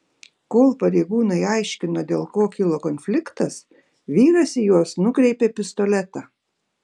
kol pareigūnai aiškino dėl ko kilo konfliktas vyras į juos nukreipė pistoletą